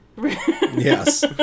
Yes